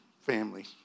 family